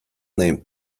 named